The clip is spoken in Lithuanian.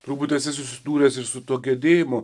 turbūt esi susidūręs su tuo gedėjimu